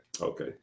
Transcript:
Okay